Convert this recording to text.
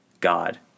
God